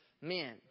men